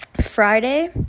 Friday